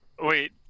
Wait